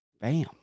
bam